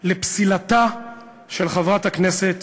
לפסילתה של חברת הכנסת